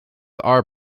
are